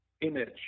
image